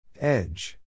Edge